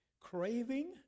craving